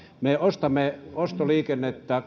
me ostamme ostoliikennettä